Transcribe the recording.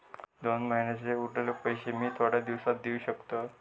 दोन महिन्यांचे उरलेले पैशे मी थोड्या दिवसा देव शकतय?